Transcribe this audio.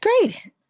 great